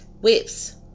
whips